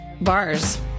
bars